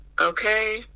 Okay